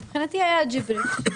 מבחינתי היה ג'יבריש.